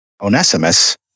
Onesimus